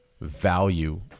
value